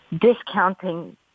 discounting